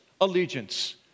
allegiance